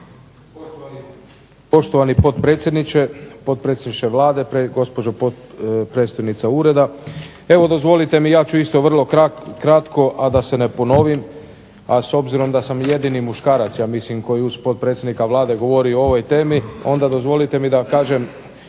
Poštovani potpredsjedniče, potpredsjedniče Vlade, gospođo predstojnice ureda. Evo dozvolite mi ja ću isto vrlo kratko a da se ne ponovim, a s obzirom da sam jedini muškarac ja mislim koji uz potpredsjednika Vlade govorio o ovoj temi, onda dozvolite mi da kažem